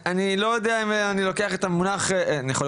אני לא יודע אם אני לוקח את המונח "רידוד",